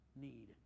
need